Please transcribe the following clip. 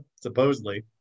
supposedly